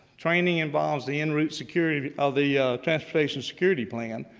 training involves the in route security ah the transportation security plan,